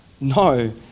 No